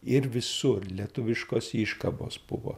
ir visur lietuviškos iškabos buvo